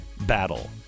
battle